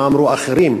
מה אמרו אחרים,